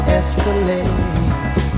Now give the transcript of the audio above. escalate